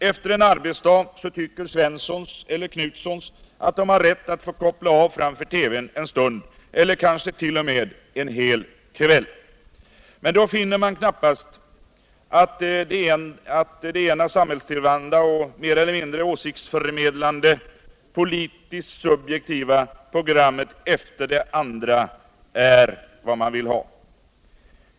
Efter en arbetsdag tycker Svenssons eller Knutsons att de har rätt att få koppla av framför TV:n en stund eller kanske 1. 0. m. en hel kväll. Men då finner man knappast att det ena samhällstillvända och mer eller mindre åsiktsförmedlande — politiskt subjektiva — programmet efter det andra är vad man vill ha.